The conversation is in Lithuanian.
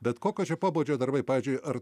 bet kokio pobūdžio darbai pavyzdžiui ar